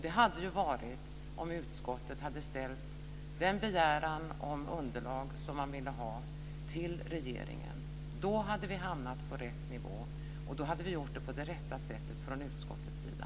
Det hade varit möjligt om utskottet hade framställt den begäran om underlag som vi ville ha till regeringen. Då hade vi hamnat på rätt nivå, och då hade vi gjort på det rätta sättet från utskottets sida.